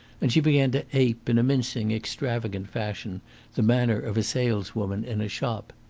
and she began to ape in a mincing, extravagant fashion the manner of a saleswoman in a shop.